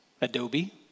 Adobe